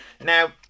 Now